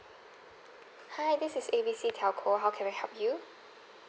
hi this is A B C telco how can I help you